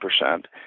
percent